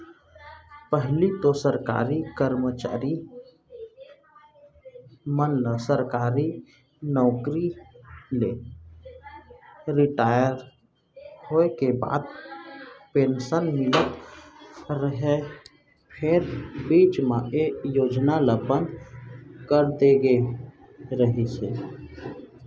पहिली तो सरकारी करमचारी मन ल सरकारी नउकरी ले रिटायर होय के बाद पेंसन मिलत रहय फेर बीच म ए योजना ल बंद करे दे गे रिहिस हे